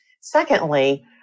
Secondly